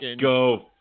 go